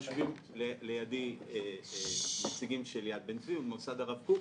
יושבים לידי נציגים של יד בן צבי ומוסד הרב קוק,